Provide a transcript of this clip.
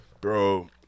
Bro